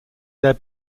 there